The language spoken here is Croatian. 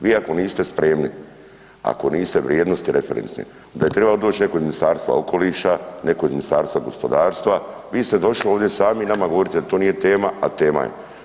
Vi ako niste spremni, ako nisu vrijednosti referentne onda je trebao doći netko iz Ministarstva okoliša, neko iz Ministarstva gospodarstva, vi ste došli ovdje sami nama govoriti da to nije tma a tema je.